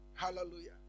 Hallelujah